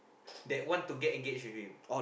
that want to get engaged with you